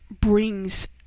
brings